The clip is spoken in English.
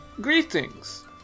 Greetings